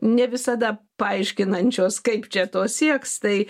ne visada paaiškinančios kaip čia to sieks tai